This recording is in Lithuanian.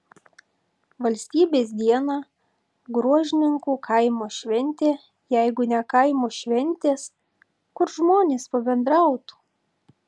valstybės dieną gruožninkų kaimo šventė jeigu ne kaimo šventės kur žmonės pabendrautų